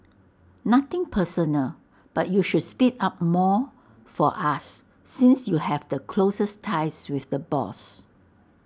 nothing personal but you should speak up more for us since you have the closest ties with the boss